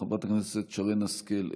חברת הכנסת שרן השכל,